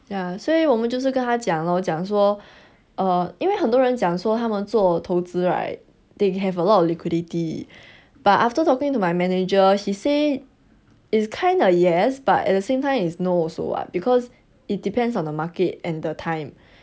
ya 所以我们就是跟他讲 lor 讲说 err 因为很多人讲说他们做投资 right they have a lot of liquidity but after talking to my manager he say is kinda yes but at the same time is no also [what] because it depends on the market and the time